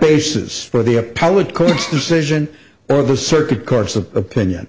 basis for the appellate court's decision or the circuit court's opinion